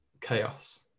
chaos